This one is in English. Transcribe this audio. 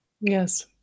Yes